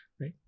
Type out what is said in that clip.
right